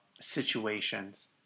situations